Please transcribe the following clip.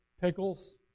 Pickles